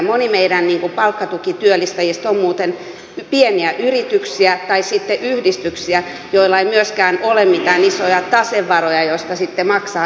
moni meidän palkkatukityöllistäjistä on muuten pieniä yrityksiä tai sitten yhdistyksiä joilla ei myöskään ole mitään isoja tasevaroja joista sitten maksaa etukäteen palkkoja